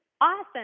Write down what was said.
awesome